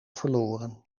verloren